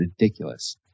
ridiculous